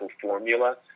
formula